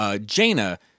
Jaina